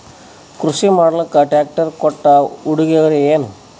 ಕೃಷಿ ಮಾಡಲಾಕ ಟ್ರಾಕ್ಟರಿ ಕೊಟ್ಟ ಉಡುಗೊರೆಯೇನ?